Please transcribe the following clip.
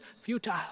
futile